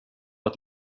att